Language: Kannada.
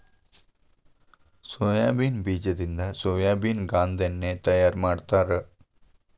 ಸೊಯಾಬೇನ್ ಬೇಜದಿಂದ ಸೋಯಾಬೇನ ಗಾಂದೆಣ್ಣಿ ತಯಾರ ಮಾಡ್ತಾರ